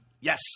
Yes